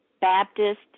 Baptist